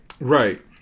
Right